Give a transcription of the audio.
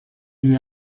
lui